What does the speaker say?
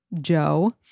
Joe